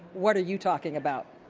what are you talking about?